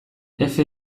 efe